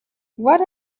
what